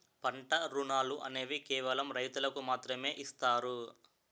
పంట రుణాలు అనేవి కేవలం రైతులకు మాత్రమే ఇస్తారు